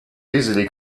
easily